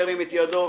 ירים את ידו.